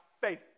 faith